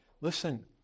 Listen